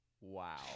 Wow